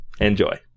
Enjoy